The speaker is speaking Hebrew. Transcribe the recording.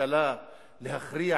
הממשלה להכריע